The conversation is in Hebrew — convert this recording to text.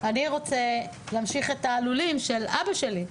ולהמשיך את הלולים של אבא שלי.